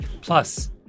Plus